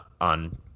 on